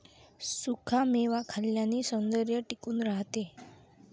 सुखा मेवा खाल्ल्याने सौंदर्य टिकून राहते